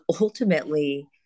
ultimately